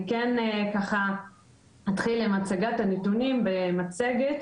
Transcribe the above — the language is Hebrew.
אני אתחיל בהצגת הנתונים במצגת,